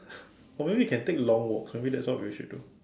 or maybe we can take long walks maybe that's what we should do